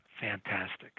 fantastic